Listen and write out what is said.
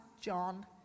John